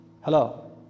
Hello